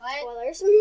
Spoilers